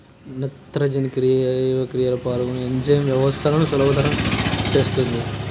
నత్రజని జీవక్రియలో పాల్గొనే ఎంజైమ్ వ్యవస్థలను సులభతరం ఏ విధముగా చేస్తుంది?